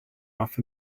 off